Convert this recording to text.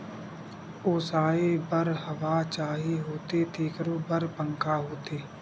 ओसाए बर हवा चाही होथे तेखरो बर पंखा होथे